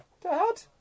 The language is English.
Dad